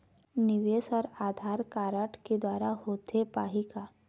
निवेश हर आधार कारड के द्वारा होथे पाही का?